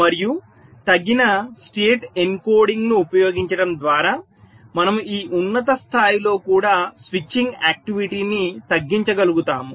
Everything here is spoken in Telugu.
మరియు తగిన స్టేట్ ఎన్కోడింగ్ను ఉపయోగించడం ద్వారా మనము ఈ ఉన్నత స్థాయిలో కూడా స్విచ్చింగ్ ఆక్టివిటీ ని తగ్గించగలుగుతాము